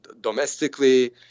domestically